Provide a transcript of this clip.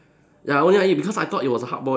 ya only I eat because I thought it was a hard boiled egg